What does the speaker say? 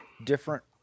different